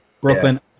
Brooklyn